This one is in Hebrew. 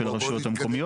של הרשויות המקומיות.